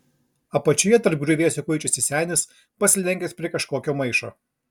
apačioje tarp griuvėsių kuičiasi senis pasilenkęs prie kažkokio maišo